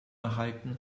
erhalten